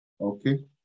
Okay